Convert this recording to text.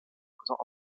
présent